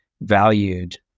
valued